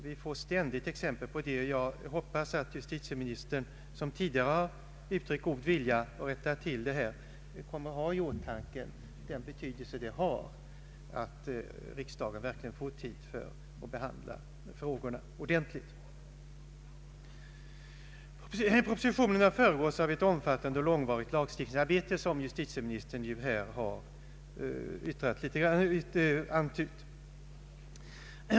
Vi får ständigt exempel på det, och jag hoppas att justitieministern, som tidigare har uttryckt god vilja i fråga om att rätta till detta missförhållande, kommer att ha i åtanke den betydelse det har att riksdagen verkligen får tid att behandla frågorna ordentligt. Propositionen har föregåtts av ett omfattande och långvarigt lagstiftningsarbete, som justitieministern redan har antytt.